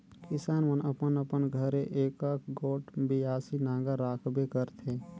किसान मन अपन अपन घरे एकक गोट बियासी नांगर राखबे करथे